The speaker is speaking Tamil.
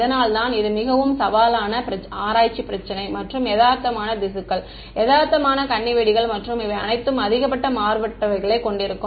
இதனால்தான் இது மிகவும் சவாலான ஆராய்ச்சி பிரச்சினை மற்றும் யதார்த்தமான திசுக்கள் யதார்த்தமான கண்ணிவெடிகள் மற்றும் அவை அனைத்தும் அதிக மாறுபட்டவைகளை கொண்டிருக்கும்